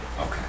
Okay